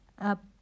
up